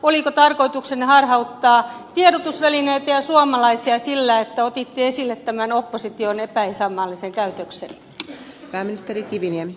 oliko tarkoituksenne harhauttaa tiedotusvälineitä ja suomalaisia sillä että otitte esille tämän opposition epäisänmaallisen käytöksen